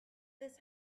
this